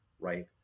right